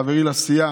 הוא חברי לסיעה.